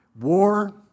war